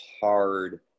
hard